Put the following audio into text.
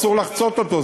אסור לחצות אותו,